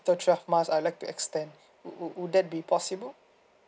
after twelve months I like to extend would would that be possible